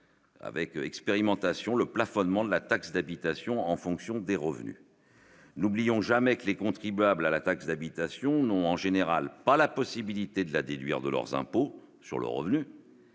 avec expérimentation le plafonnement de la taxe d'habitation en fonction des revenus n'oublions jamais que les contribuables à la taxe d'habitation n'ont en général pas la possibilité de la déduire de leurs impôts sur le revenu,